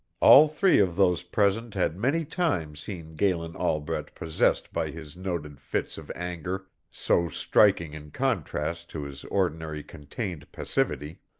all three of those present had many times seen galen albret possessed by his noted fits of anger, so striking in contrast to his ordinary contained passivity.